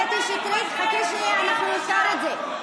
קטי שטרית, חכי שנייה, אנחנו נפתור את זה.